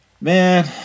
Man